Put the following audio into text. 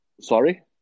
Sorry